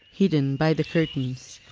hidden by the curtains,